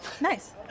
Nice